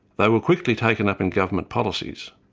they were quickly taken up in government policies.